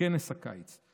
כנס הקיץ.